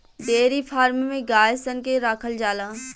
dairy farm में गाय सन के राखल जाला